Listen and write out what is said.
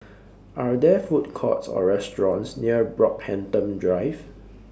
Are There Food Courts Or restaurants near Brockhampton Drive